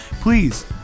please